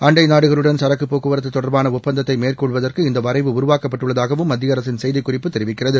அண்டை நாடுகளுடன் சரக்கு போக்குவரத்து தொடர்பான ஒப்பந்தத்தை மேற்கொள்வதற்கு இந்த வரைவு உருவாக்கப்பட்டுள்ளதாகவும் மத்திய அரசின் செய்திக்குறிப்பு தெரிவிக்கிறது